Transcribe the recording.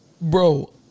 Bro